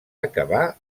acabar